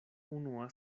unua